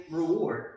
reward